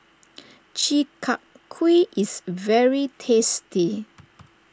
Chi Kak Kuih is very tasty